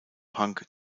punk